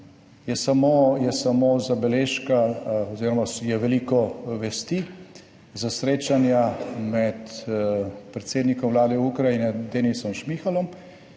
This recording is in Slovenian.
Je samo zabeležka oziroma je veliko vesti za srečanja med predsednikom vlade Ukrajine Denisom Šmihalom